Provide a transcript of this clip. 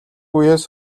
үеэс